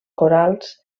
corals